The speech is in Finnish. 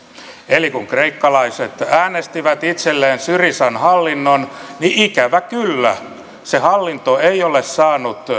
eli kun kreikkalaiset äänestivät itselleen syrizan hallinnon niin ikävä kyllä se hallinto ei ole saanut